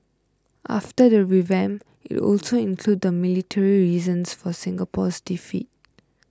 after the revamp it will also include the military reasons for Singapore's defeat